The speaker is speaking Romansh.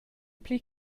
pli